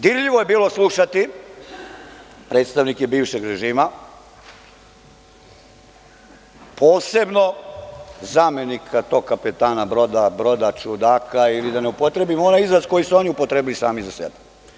Dirljivo je bilo slušati predstavnike bivšeg režima, posebno zamenika tog kapetana broda, broda čudaka, ili da ne upotrebim onaj izraz koji su oni sami upotrebili za sebe.